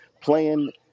playing